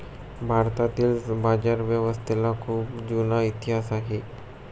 भारतातील बाजारव्यवस्थेला खूप जुना इतिहास आहे